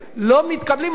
לא מתקבלים על הדעת.